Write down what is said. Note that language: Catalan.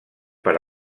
per